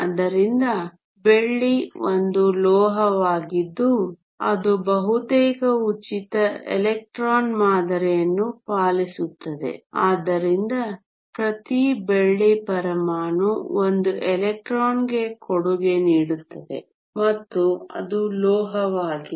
ಆದ್ದರಿಂದ ಬೆಳ್ಳಿ ಒಂದು ಲೋಹವಾಗಿದ್ದು ಅದು ಬಹುತೇಕ ಉಚಿತ ಎಲೆಕ್ಟ್ರಾನ್ ಮಾದರಿಯನ್ನು ಪಾಲಿಸುತ್ತದೆ ಆದ್ದರಿಂದ ಪ್ರತಿ ಬೆಳ್ಳಿ ಪರಮಾಣು 1 ಎಲೆಕ್ಟ್ರಾನ್ಗೆ ಕೊಡುಗೆ ನೀಡುತ್ತದೆ ಮತ್ತು ಅದು ಲೋಹವಾಗಿದೆ